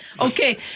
Okay